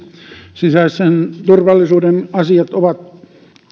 sisäisen turvallisuuden asiat ovat